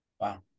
wow